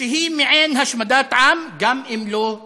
שהיא מעין השמדת עם, גם אם לא הושלמה.